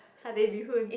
satay bee hoon